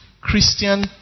christian